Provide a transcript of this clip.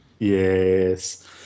Yes